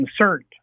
concerned